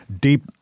deep